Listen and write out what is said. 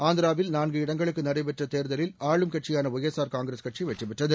ஆந்திராவில் நான்கு இடங்களுக்கு நடைபெற்ற தேர்தலில் ஆளும் கட்சியான ஒய்எஸ்ஆர் காங்கிரஸ் கட்சி வெற்றி பெற்றது